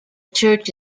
church